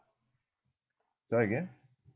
sorry again